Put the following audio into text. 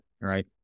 right